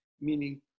meaning